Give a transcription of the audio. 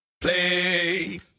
play